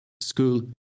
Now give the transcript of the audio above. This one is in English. School